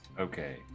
okay